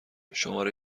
شماره